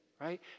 Right